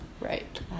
Right